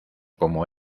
como